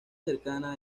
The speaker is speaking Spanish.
cercana